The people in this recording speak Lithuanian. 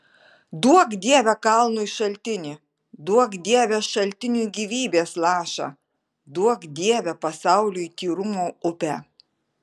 duok dieve kalnui šaltinį duok dieve šaltiniui gyvybės lašą duok dieve pasauliui tyrumo upę